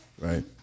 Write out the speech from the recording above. Right